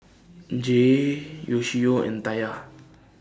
Jair Yoshio and Taya